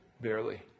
Barely